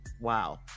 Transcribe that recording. Wow